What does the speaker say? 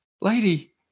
lady